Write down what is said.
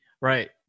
Right